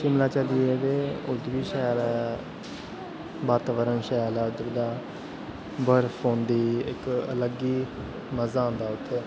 शिमला चली ऐ ते उधर बी शैल ऐ वातावरण शैल ऐ उधर दा बर्फ पौंदी इक अलग ही मजा आंदा उत्थै